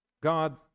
God